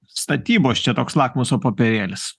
statybos čia toks lakmuso popierėlis